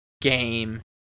game